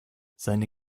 seine